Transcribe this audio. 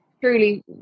truly